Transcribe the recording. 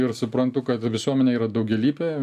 ir suprantu kad visuomenė yra daugialypė